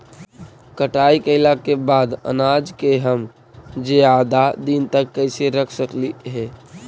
कटाई कैला के बाद अनाज के हम ज्यादा दिन तक कैसे रख सकली हे?